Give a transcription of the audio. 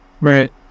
Right